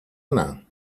anar